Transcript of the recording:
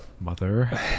Mother